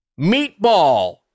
meatball